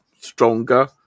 stronger